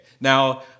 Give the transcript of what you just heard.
now